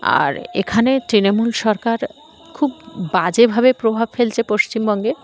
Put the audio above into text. আর এখানে তৃণমূল সরকার খুব বাজেভাবে প্রভাব ফেলছে পশ্চিমবঙ্গে